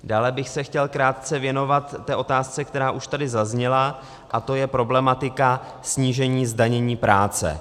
Dále bych se chtěl krátce věnovat otázce, která už tady zazněla, a to je problematika snížení zdanění práce.